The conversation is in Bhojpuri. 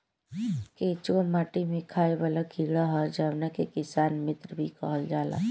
केचुआ माटी में खाएं वाला कीड़ा ह जावना के किसान मित्र भी कहल जाला